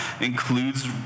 includes